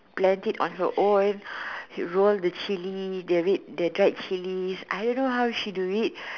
blend it on her own she roll the chilli the red the dried chilli I don't know how she do it